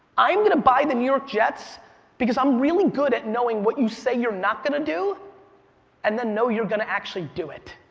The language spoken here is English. i'm gonna buy the new york jets because i'm really good at knowing what you say you're not gonna do and then know you're gonna actually do it.